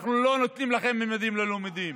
אנחנו לא נותנים לכם ממדים ללימודים.